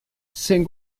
saint